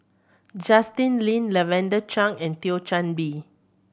Justin Lean Lavender Chang and Thio Chan Bee